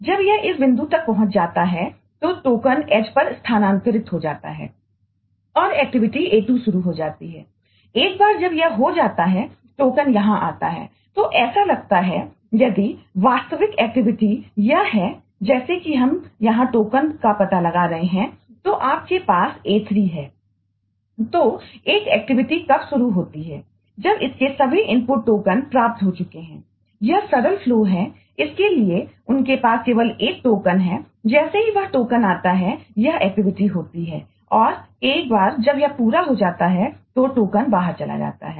तब यह एक्टिविटीहोती है और एक बार जब यह पूरा हो जाता है तो टोकन बाहर चला जाता है